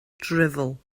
drivel